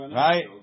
right